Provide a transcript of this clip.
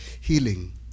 healing